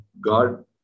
God